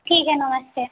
ठीक है नमस्ते